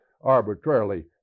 arbitrarily